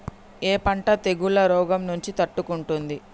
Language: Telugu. ఏ పంట తెగుళ్ల రోగం నుంచి తట్టుకుంటుంది?